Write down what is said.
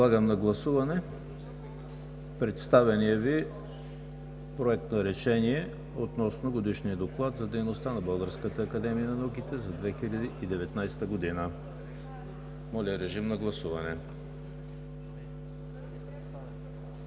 Подлагам на гласуване представения Ви Проект на решение относно Годишния доклад за дейността на Българската академия на науките за 2019 г. Гласували